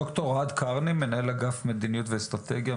ד"ר אוהד קרני מנהל אגף מדיניות ואסטרטגיה,